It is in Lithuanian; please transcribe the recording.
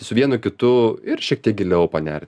su vienu kitu ir šiek tiek giliau panert